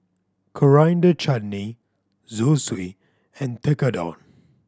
Coriander Chutney Zosui and Tekkadon